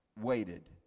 waited